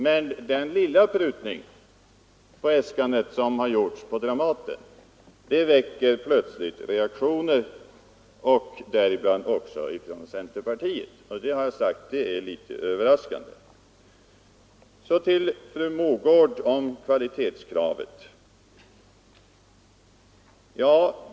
Men den lilla prutningen på äskandet för Dramaten väcker plötsligt reaktioner, också från centerpartiet, och det har jag sagt är litet överraskande. Så till fru Mogård om kvalitetskravet.